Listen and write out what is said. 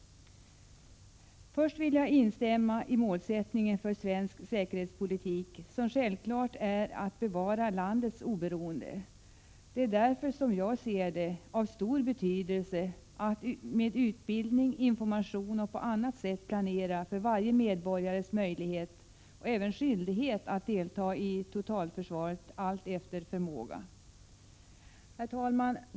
friskola Z Först vill jag instämma i målsättningen för svensk säkerhetspolitik, som självklart är att bevara landets oberoende. Det är därför, som jag ser det, av stor betydelse att med utbildning, information och på annat sätt planera för varje medborgares möjlighet, och även skyldighet, att delta i totalförsvaret allt efter förmåga. Herr talman!